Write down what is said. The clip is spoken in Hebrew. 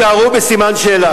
שהם יישארו בסימן שאלה.